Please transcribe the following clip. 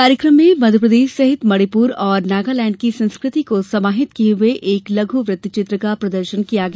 कार्यक्रम में मध्यप्रदेश सहित मणिपुर और नागालैंड की संस्कृति को समाहित किये एक लघु वृत्त चित्र का प्रदर्शन किया गया